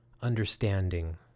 understanding